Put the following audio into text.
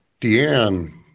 Deanne